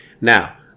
Now